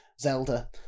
Zelda